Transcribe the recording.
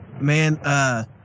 man